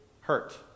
hurt